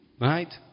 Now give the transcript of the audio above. Right